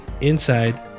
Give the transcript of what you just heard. Inside